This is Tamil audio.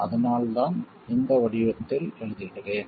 அதனால் தான் இந்த வடிவத்தில் எழுதுகிறேன்